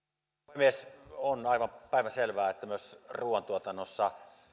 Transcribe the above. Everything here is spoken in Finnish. puhemies on aivan päivänselvää että myös ruoantuotannossa